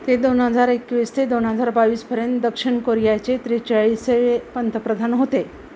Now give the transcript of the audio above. ते दोन हजार एकवीस ते दोन हजार बावीसपर्यंत दक्षिण कोरियाचे त्रेचाळीसावे पंतप्रधान होते